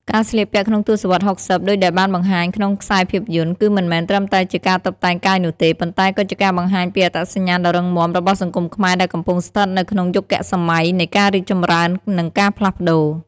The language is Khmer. ការស្លៀកពាក់ក្នុងទស្សវត្ស៦០ ដូចដែលបានបង្ហាញក្នុងខ្សែភាពយន្ត គឺមិនមែនត្រឹមតែជាការតុបតែងកាយនោះទេ ប៉ុន្តែក៏ជាការបង្ហាញពី អត្តសញ្ញាណដ៏រឹងមាំ របស់សង្គមខ្មែរដែលកំពុងស្ថិតនៅក្នុងយុគសម័យនៃការរីកចម្រើន និងការផ្លាស់ប្តូរ។